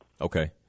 Okay